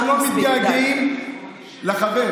שאתם לא מתגעגעים לחברים